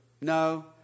No